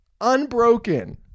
unbroken